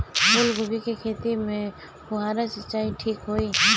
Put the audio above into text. फूल गोभी के खेती में फुहारा सिंचाई ठीक होई?